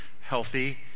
healthy